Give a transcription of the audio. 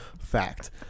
fact